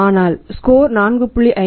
ஆனால் மதிப்பெண் 4